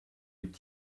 est